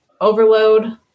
overload